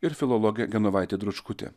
ir filologė genovaitė dručkutė